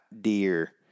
deer